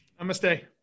Namaste